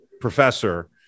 professor